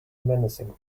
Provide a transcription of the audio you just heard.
menacing